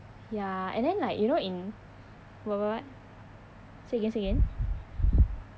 ya and then like you know in what what what say again say again